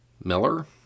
Miller